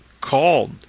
called